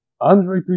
Andre